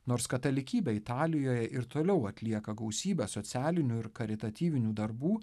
nors katalikybė italijoje ir toliau atlieka gausybę socialinių ir karitatyvinių darbų